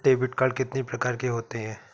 Debit card कितनी प्रकार के होते हैं?